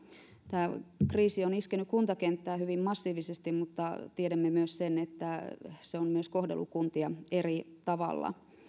tämä kriisi on iskenyt kuntakenttään hyvin massiivisesti mutta tiedämme myös sen että se on myös kohdellut kuntia eri tavalla